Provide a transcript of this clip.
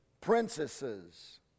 princesses